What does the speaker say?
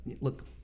look